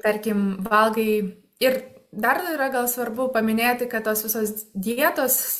tarkim valgai ir dar yra gal svarbu paminėti kad tos visos dietos